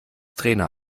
trainer